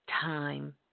time